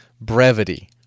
Brevity